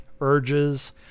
urges